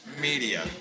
media